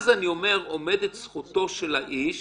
אז עומדת זכותו של האיש